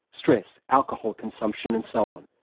stress, alcohol consumption and so on.